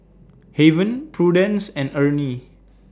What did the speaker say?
Haven Prudence and Ernie